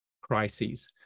crises